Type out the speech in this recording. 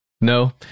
no